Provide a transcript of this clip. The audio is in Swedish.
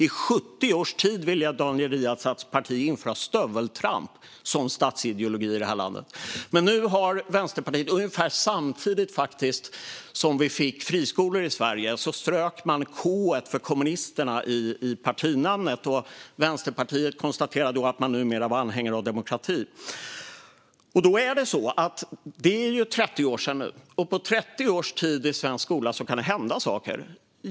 I 70 års tid ville Daniel Riazats parti införa stöveltramp som statsideologi i det här landet. Men ungefär samtidigt som vi fick friskolor i Sverige strök Vänsterpartiet K:et för Kommunisterna i partinamnet och konstaterade att man numera var anhängare av demokrati. Det är 30 år sedan nu, och på 30 års tid i svensk skola kan det hända saker.